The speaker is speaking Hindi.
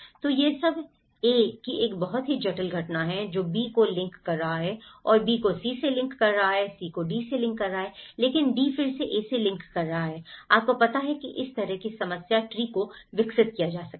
तो यह सब A की एक बहुत ही जटिल घटना है जो B को लिंक कर रहा है और B को C से लिंक कर रहा है C को D से लिंक कर रहा है लेकिन D फिर से A से लिंक कर रहा है आपको पता है कि इस तरह की समस्या ट्री को विकसित किया जा सकता है